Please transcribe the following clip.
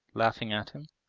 laughing at him.